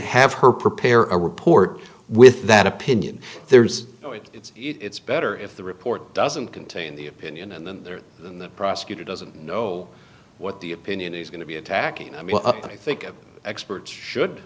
have her prepare a report with that opinion there's it's it's better if the report doesn't contain the opinion and then there's the prosecutor doesn't know what the opinion is going to be attacking i mean i think experts should